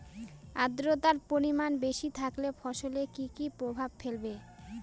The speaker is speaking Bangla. আদ্রর্তার পরিমান বেশি থাকলে ফসলে কি কি প্রভাব ফেলবে?